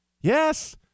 yes